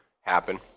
happen